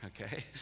okay